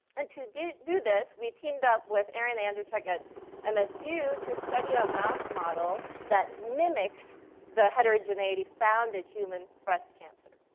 and to do do this, we teamed up with eran andrechek at at ah msu to study a mouse model that mimics the heterogeneity found in human breast cancer.